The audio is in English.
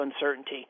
uncertainty